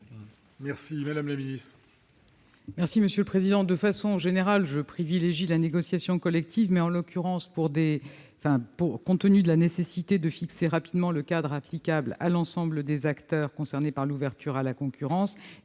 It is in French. Quel est l'avis du Gouvernement ? De manière générale, je privilégie la négociation collective, mais, en l'occurrence, compte tenu de la nécessité de fixer rapidement le cadre applicable à l'ensemble des acteurs concernés par l'ouverture à la concurrence